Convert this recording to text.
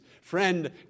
Friend